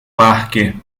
parque